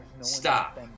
Stop